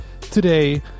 today